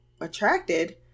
attracted